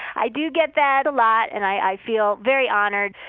i do get that a lot and i feel very honored.